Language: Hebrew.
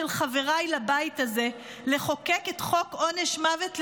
חבריי לבית הזה לחוקק את חוק עונש מוות למחבלים,